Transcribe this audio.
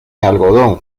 algodón